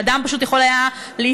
שאדם פשוט יכול היה להיכנס,